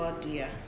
dear